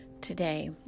Today